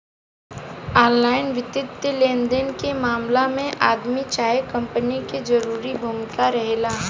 online वित्तीय लेनदेन के मामला में आदमी चाहे कंपनी के जरूरी भूमिका रहेला